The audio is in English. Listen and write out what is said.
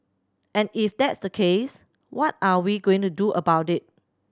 and if that's the case what are we going to do about it